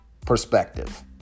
perspective